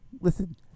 listen